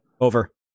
Over